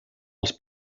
els